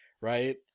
right